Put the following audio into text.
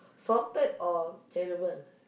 salted or caramel